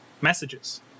messages